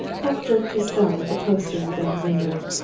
polke jerked his thumb at the poster in the bank window.